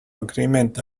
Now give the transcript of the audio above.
agreement